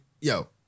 Yo